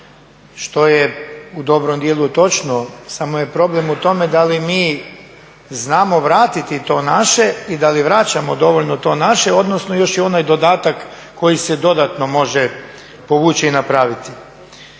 što je u dobrom djelu točno, samo je problem u tome da li mi znamo vratiti to naše i da li vraćamo dovoljno to naše, odnosno još je onaj dodatka koji se dodatno može povući i napraviti.